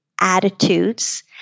attitudes